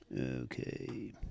Okay